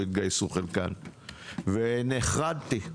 יתגייסו, ונחרדתי.